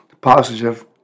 positive